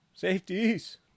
Safeties